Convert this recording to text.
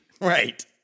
Right